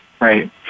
right